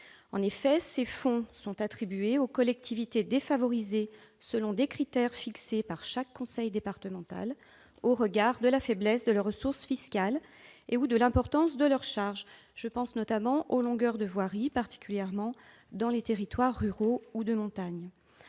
Effectivement, ces fonds sont attribués aux collectivités défavorisées selon des critères fixés par chaque conseil départemental, au regard de la faiblesse de leurs ressources fiscales et, ou, de l'importance de leurs charges- je pense notamment à la longueur des voiries, particulièrement dans les territoires ruraux ou de montagne.